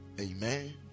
Amen